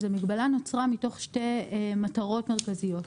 היא נוצרה מתוך שתי מטרות מרכזיות.